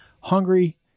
hungry